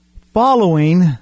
following